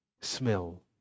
smell